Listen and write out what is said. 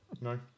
No